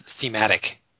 thematic